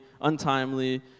untimely